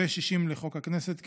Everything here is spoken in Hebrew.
ו-60 לחוק הכנסת,